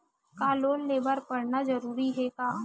का लोन ले बर पढ़ना जरूरी हे का?